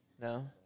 No